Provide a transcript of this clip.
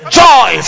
joy